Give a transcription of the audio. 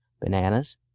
bananas